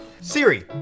Siri